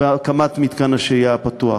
והקמת מתקן השהייה הפתוח.